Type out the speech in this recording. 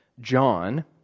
John